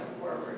forward